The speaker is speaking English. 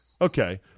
Okay